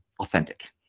authentic